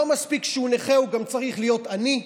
לא מספיק שהוא נכה, הוא צריך להיות גם עני?